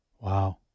Wow